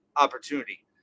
opportunity